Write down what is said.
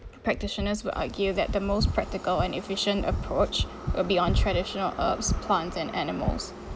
practitioners will argue that the most practical and efficient approach uh beyond traditional herbs plants and animals